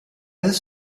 this